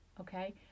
Okay